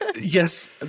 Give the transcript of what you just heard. yes